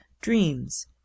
dreams